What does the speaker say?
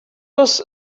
does